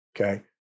okay